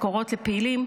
משכורות לפעילים,